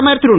பிரதமர் திரு